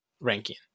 ranking